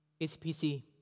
ACPC